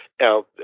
Now